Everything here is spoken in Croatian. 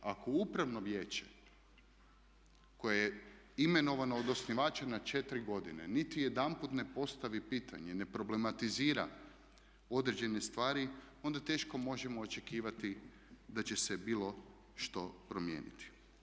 Ako upravno vijeće koje je imenovano od osnivača na četiri godine niti jedanput ne postavi pitanje, ne problematizira određene stvari onda teško možemo očekivati da će se bilo što promijeniti.